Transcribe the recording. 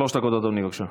שלוש דקות, אדוני, בבקשה.